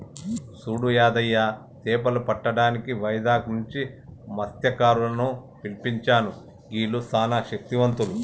సూడు యాదయ్య సేపలు పట్టటానికి వైజాగ్ నుంచి మస్త్యకారులను పిలిపించాను గీల్లు సానా శక్తివంతులు